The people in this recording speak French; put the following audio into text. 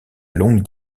longue